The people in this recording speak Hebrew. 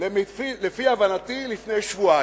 לפי הבנתי לפני שבועיים.